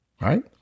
right